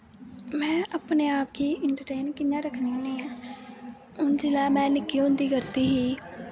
में अपने आप गी इंट्रटेन कि'यां रक्खनी होनी ऐं हून जिसलै में निक्की होआ करदी ही